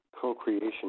co-creation